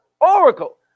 Oracle